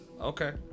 Okay